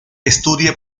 estudia